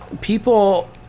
People